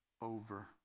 over